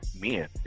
men